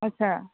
আচ্ছা